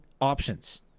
options